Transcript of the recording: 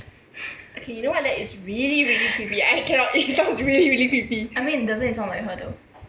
okay you know what that is really really creepy I cannot it was really really creepy